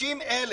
כ-30,000